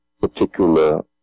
particular